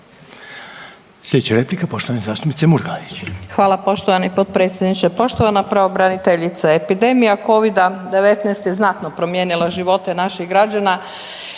Slijedeća replika, poštovane zastupnice Murganić. **Murganić, Nada (HDZ)** Hvala poštovani potpredsjedniče. Poštovana pravobraniteljice, epidemija Covida-19 je znatno promijenila živote naših građana